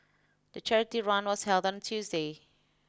the charity run was held on Tuesday